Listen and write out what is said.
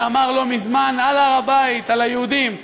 שאמר לא מזמן על הר-הבית על היהודים: